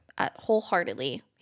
wholeheartedly